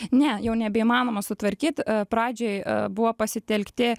ne jau nebeįmanoma sutvarkyt pradžioj buvo pasitelkti